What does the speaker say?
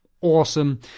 awesome